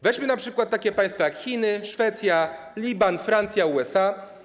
Weźmy np. takie państwa, jak Chiny, Szwecja, Liban, Francja, USA.